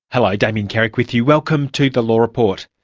hello, damien carrick with you. welcome to the law report.